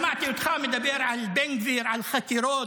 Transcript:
שמעתי אותך מדבר על בן גביר, על חקירות,